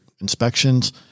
inspections